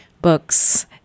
books